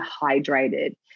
hydrated